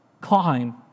Climb